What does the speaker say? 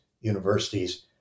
universities